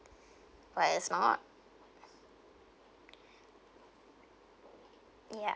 but it's not ya~